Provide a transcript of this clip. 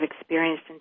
experienced